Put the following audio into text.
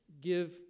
give